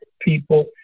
people